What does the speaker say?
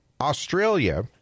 Australia